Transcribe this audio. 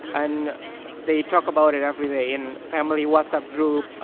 and they talk about it every day in family whatsapp group,